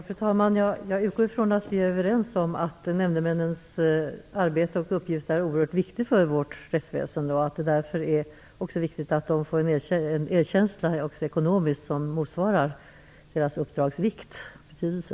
Fru talman! Jag utgår från att vi är överens om att nämndemännens arbete och uppgifter är oerhört viktiga för vårt rättsväsende och att det därför är väsentligt att de också ekonomiskt får en erkänsla som motsvarar deras uppdrags betydelse.